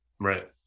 Right